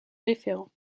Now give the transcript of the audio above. référent